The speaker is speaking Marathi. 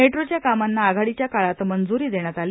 मेट्रोच्या कामांना आघाडीच्या काळात मंजुरी देण्यात आली